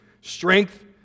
strength